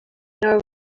nor